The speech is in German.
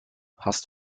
hast